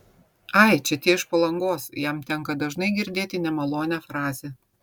ai čia tie iš palangos jam tenka dažnai girdėti nemalonią frazę